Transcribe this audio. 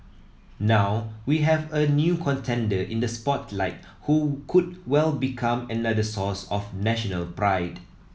now we have a new contender in the spotlight who could well become another source of national pride